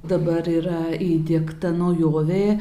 dabar yra įdiegta naujovė